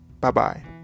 Bye-bye